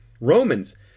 Romans